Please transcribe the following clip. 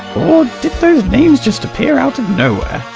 or did those names just appear out of nowhere?